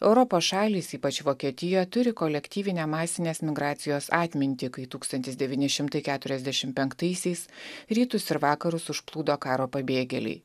europos šalys ypač vokietija turi kolektyvinę masinės migracijos atmintį kai tūkstantis devyni šimtai keturiasdešim penktaisiais rytus ir vakarus užplūdo karo pabėgėliai